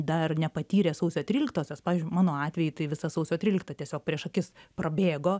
dar nepatyrė sausio tryliktosios pavyzdžiui mano atveju tai visa sausio trylikta tiesiog prieš akis prabėgo